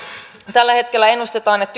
tällä hetkellä ennustetaan että